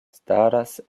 staras